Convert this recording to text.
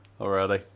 already